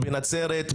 בנצרת,